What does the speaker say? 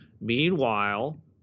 Meanwhile